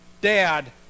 dad